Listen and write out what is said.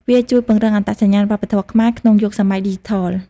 វាជួយពង្រឹងអត្តសញ្ញាណវប្បធម៌ខ្មែរ ក្នុងយុគសម័យឌីជីថល។